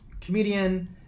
comedian